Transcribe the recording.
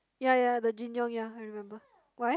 ya ya the Jin-Young yeah I remember why